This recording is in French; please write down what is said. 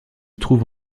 trouve